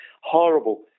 horrible